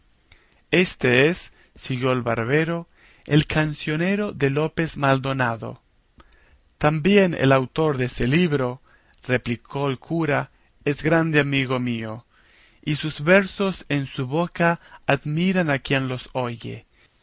éste es siguió el barbero el cancionero de lópez maldonado también el autor de ese libro replicó el cura es grande amigo mío y sus versos en su boca admiran a quien los oye